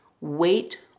wait